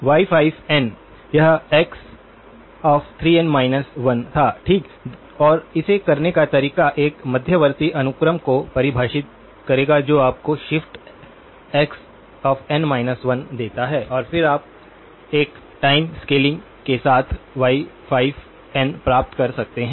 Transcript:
y5n यह x 3n 1 था ठीक और इसे करने का तरीका एक मध्यवर्ती अनुक्रम को परिभाषित करेगा जो आपको शिफ्ट x n 1 देता है और फिर आप एक टाइम स्केलिंग के साथ y5n प्राप्त कर सकते हैं